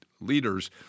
leaders